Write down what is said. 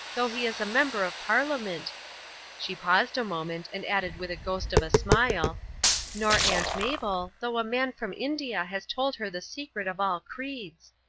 though he is a member of parliament she paused a moment and added with a ghost of a smile nor aunt mabel, though a man from india has told her the secret of all creeds.